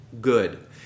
good